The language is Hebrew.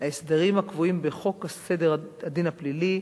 להסדרים הקבועים בחוק הסדר הדין הפלילי,